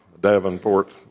Davenport